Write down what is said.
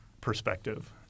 perspective